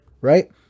right